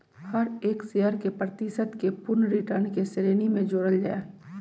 हर एक शेयर के प्रतिशत के पूर्ण रिटर्न के श्रेणी में जोडल जाहई